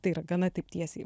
tai yra gana taip tiesiai